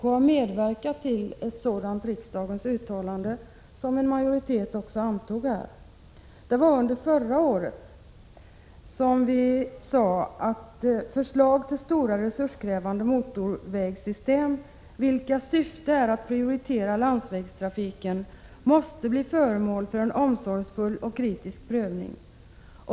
Vpk har medverkat till ett sådant riksdagens uttalande, som en majoritet antog. Det var under förra året som vi sade att förslag till stora resurskrävande motorvägssystem vilkas syfte är att prioritera landsvägstrafiken måste bli föremål för en omsorgsfull och kritisk prövning.